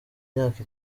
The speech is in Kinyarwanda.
myaka